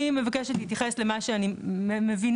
אני מבקשת להתייחס למה שאני מבינה,